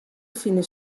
fine